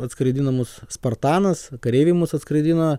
atskraidino mus spartakas kareiviai mus atskraidino